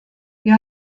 wir